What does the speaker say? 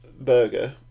burger